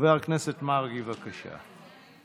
חבר הכנסת מרגי, בבקשה.